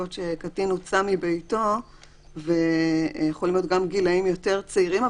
שקטין הוצא מביתו ויכולים להיות גם גילאים יותר צעירים.